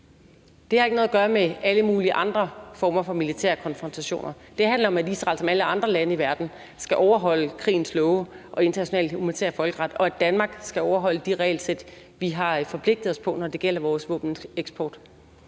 Det har ikke noget at gøre med alle mulige andre former for militære konfrontationer. Det handler om, at Israel som alle andre lande i verden skal overholde krigens love og international humanitær folkeret, og at Danmark skal overholde de regelsæt, vi har forpligtet os på, når det gælder vores våbeneksport.